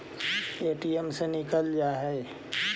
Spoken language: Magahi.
ए.टी.एम से निकल जा है?